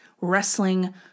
wrestling